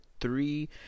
three